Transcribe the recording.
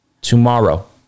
tomorrow